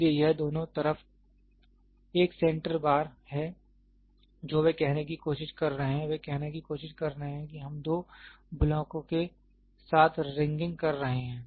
इसलिए यह दोनों तरफ एक सेंटर बार है जो वे कहने की कोशिश कर रहे हैं वे कहने की कोशिश कर रहे हैं कि हम दो ब्लॉकों के साथ रिंगग कर रहे हैं